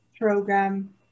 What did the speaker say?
program